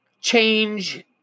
change